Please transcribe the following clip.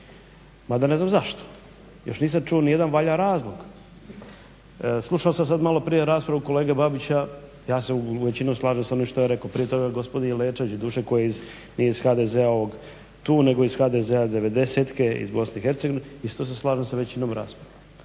mada ne znam zašto. Još nisam čuo ni jedan valjan razlog. Slušao sam sad malo prije raspravu kolege Babića, ja se u većini slažem sa onim što je rekao prije toga gospodin Jelečević doduše koji nije iz HDZ-a tu, nego je iz HDZ-a devedesetke, iz Bosne i Hercegovine. Isto se slažem sa većinom rasprave.